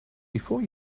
before